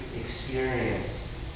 experience